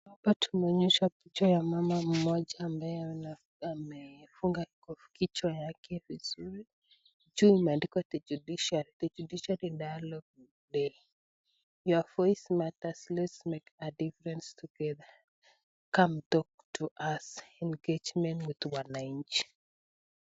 Hapa tunaonyeshwa kichwa ya mama mmoja ambaye amefunga kichwa yaake vizuri , juu imendikwa The Judiciary Dialogue Day. Your voice matters, let's make a difference together. Come talk to us ,engagement with wananchi.